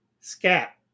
Scat